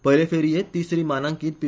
पयले फेरयेंत तिसरी मानांकीत पि